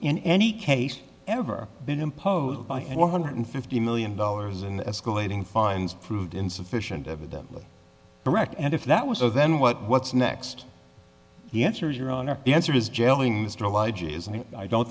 in any case ever been imposed by one hundred fifty million dollars and escalating fines proved insufficient evidently correct and if that was so then what what's next he answers your honor the answer is